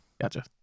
Gotcha